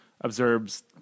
observes